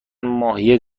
ماهی